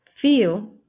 Feel